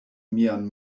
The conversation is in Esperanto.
mian